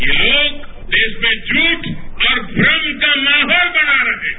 यह लोग देश में झूठ और ध्रम का माहौल बना रहे हैं